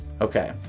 Okay